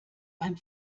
beim